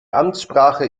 amtssprache